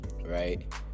right